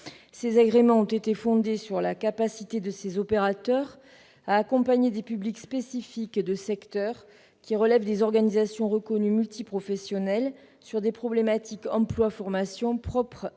Ces agréments ont été fondés sur la capacité de ces opérateurs à accompagner des publics spécifiques de secteurs relevant des organisations reconnues multiprofessionnelles pour ce qui concerne des problématiques liées